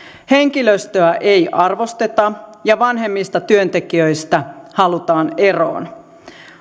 henkilöstöä ei arvosteta ja vanhemmista työntekijöistä halutaan eroon